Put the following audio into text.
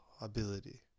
ability